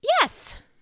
yes